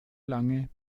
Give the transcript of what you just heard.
lange